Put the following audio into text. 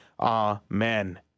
Amen